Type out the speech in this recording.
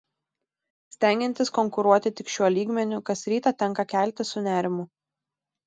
stengiantis konkuruoti tik šiuo lygmeniu kas rytą tenka keltis su nerimu